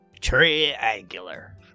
Triangular